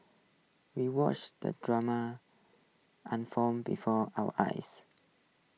we watched the drama unfold before our eyes